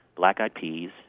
black-eyed peas,